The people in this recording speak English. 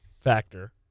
factor